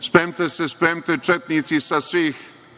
„Sprem'te se, sprem'te četnici“ sa svih